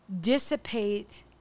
dissipate